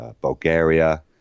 Bulgaria